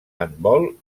handbol